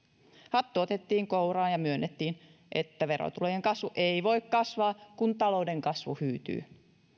hattu otettiin kouraan ja myönnettiin että verotulojen kasvu ei voi jatkua kun talouden kasvu hyytyy